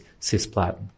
cisplatin